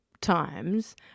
times